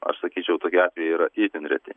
aš sakyčiau tokie atvejai yra itin reti